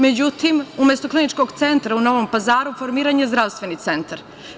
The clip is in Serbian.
Međutim, umesto kliničkog centra u Novom Pazaru, formiran je zdravstveni centar.